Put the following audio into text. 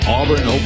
Auburn